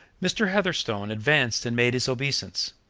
mr. heatherstone advanced and made his obeisance,